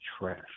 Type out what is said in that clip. trash